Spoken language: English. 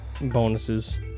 bonuses